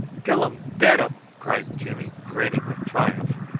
killum dead um! cried jimmy, grinning with triumph.